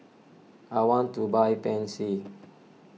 I want to buy Pansy